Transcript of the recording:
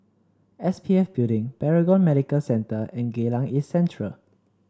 S P F Building Paragon Medical Centre and Geylang East Central